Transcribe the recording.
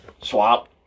swap